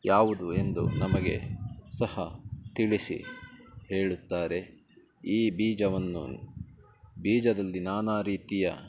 ಯಾವುದು ಎಂದು ನಮಗೆ ಸಹ ತಿಳಿಸಿ ಹೇಳುತ್ತಾರೆ ಈ ಬೀಜವನ್ನು ಬೀಜದಲ್ಲಿ ನಾನಾ ರೀತಿಯ